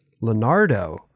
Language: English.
Leonardo